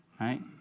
right